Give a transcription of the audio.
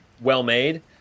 well-made